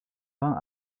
vint